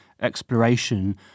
exploration